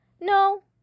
No